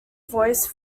voice